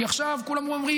כי עכשיו כולם אומרים,